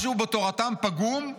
משהו בתורתם פגום?